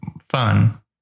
fun